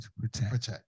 protect